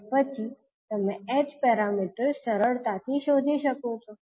અને પછી તમે h પેરામીટર્સ સરળતાથી શોધી શકો છો